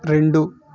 రెండు